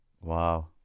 Wow